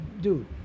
dude